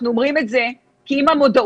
אנחנו אומרים את זה כי אם המודעות